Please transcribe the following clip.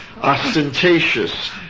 ostentatious